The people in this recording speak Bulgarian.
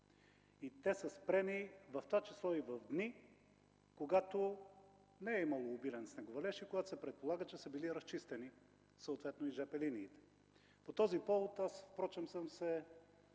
И те са спрени, в това число и в дни, когато не е имало обилен снеговалеж, и когато се предполага, че са били разчистени съответно и жп линиите. Аз съм се